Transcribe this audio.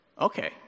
okay